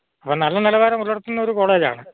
അപ്പം നല്ല നിലവാരം പുലർത്തുന്ന ഒരു കോളേജാണ്